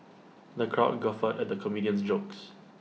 the crowd guffawed at the comedian's jokes